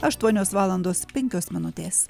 aštuonios valandos penkios minutės